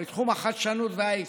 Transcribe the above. בתחום החדשנות וההייטק.